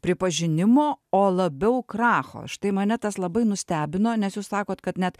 pripažinimo o labiau kracho štai mane tas labai nustebino nes jūs sakot kad net